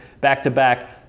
back-to-back